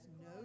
no